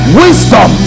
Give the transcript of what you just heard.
wisdom